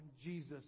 Jesus